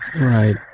Right